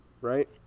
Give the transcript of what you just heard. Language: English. right